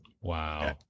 wow